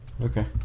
Okay